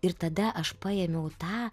ir tada aš paėmiau tą